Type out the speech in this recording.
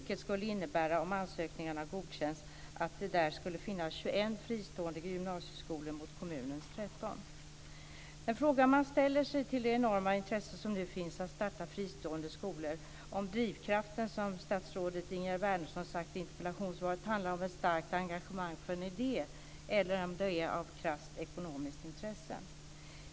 Det skulle, om ansökningarna godkänns, innebära att det där skulle finnas 21 fristående gymnasieskolor mot kommunens 13. En fråga man ställer sig inför det enorma intresse som nu finns för att starta fristående skolor är, som statsrådet Ingegerd Wärnersson sagt i interpellationssvaret, om drivkraften är ett starkt engagemang för en idé eller om det är ett krasst ekonomiskt intresse.